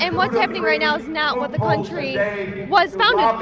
and what's happening right now is not what the country was founded um